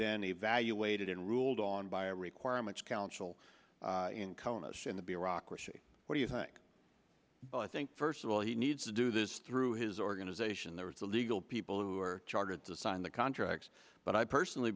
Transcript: then evaluated in ruled on by a requirements council in conus in the bureaucracy what do you think i think first of all he needs to do this through his organization there is a legal people who are chartered to sign the contracts but i personally